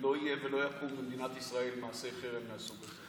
שלא יהיה ולא יקום במדינת ישראל מעשה חרם מהסוג הזה.